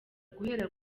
guhera